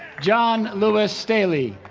john lewis staley